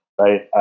right